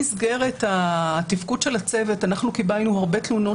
במסגרת התפקוד של הצוות קיבלנו הרבה תלונות